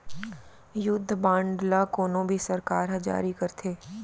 युद्ध बांड ल कोनो भी सरकार ह जारी करथे